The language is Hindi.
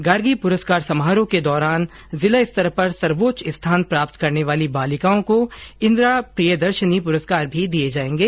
गार्गी पुरस्कार समारोह के दौरान ही जिला स्तर पर सर्वोच्च स्थान प्राप्त करने वाली बालिकाओं को इंदिरा प्रियदर्शिनी पुरस्कार भी दिये जायेंगे